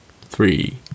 three